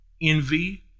Envy